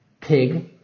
pig